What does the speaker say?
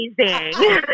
amazing